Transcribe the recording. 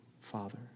father